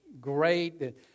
great